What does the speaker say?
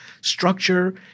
structure